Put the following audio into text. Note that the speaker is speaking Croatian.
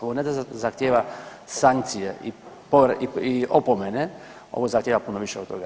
Ovo ne da zahtijeva sankcije i opomene, ovo zahtijeva puno više od toga.